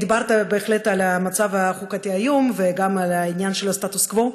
דיברת בהחלט על המצב החוקתי היום וגם על העניין של הסטטוס קוו,